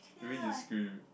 when you scream